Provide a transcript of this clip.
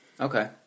Okay